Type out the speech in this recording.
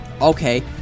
okay